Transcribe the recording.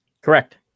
correct